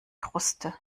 kruste